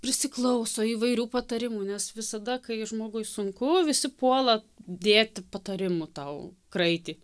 prisiklauso įvairių patarimų nes visada kai žmogui sunku visi puola dėti patarimų tau kraitį